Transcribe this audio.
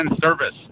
service